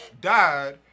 died